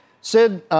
Sid